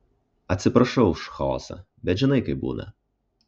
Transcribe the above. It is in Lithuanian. atsiprašau už chaosą bet žinai kaip būna